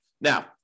Now